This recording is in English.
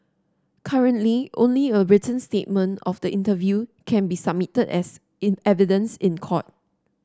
currently only a written statement of the interview can be submitted as evidence in court